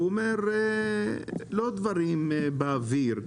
והוא אומר לא דברים באוויר.